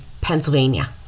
Pennsylvania